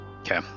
Okay